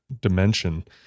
dimension